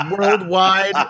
worldwide